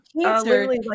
cancer